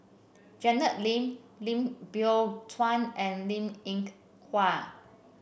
Janet Lim Lim Biow Chuan and Linn Ink Hua